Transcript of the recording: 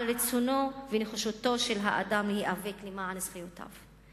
רצונו ונחישותו של האדם להיאבק למען זכויותיו.